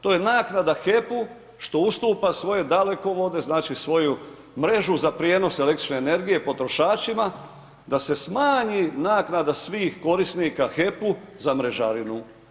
To je naknada HEP-u što ustupa svoje dalekovode, znači svoju mrežu za prijenos električne energije potrošačima da se smanji naknada svih korisnika HEP-u za mrežarinu.